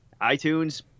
iTunes